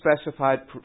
specified